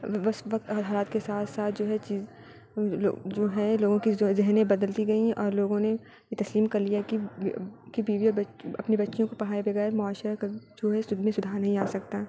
بس وقت اور حالات کے ساتھ ساتھ جو ہے چیز جو ہے لوگوں کی ذہنیں بدلتی گئیں اور لوگوں نے یہ تسلیم کر لیا کہ بیوی اور اپنے بچوں کو پڑھائے بغیر معاشرہ کبھی جو ہے اس میں سدھار نہیں آ سکتا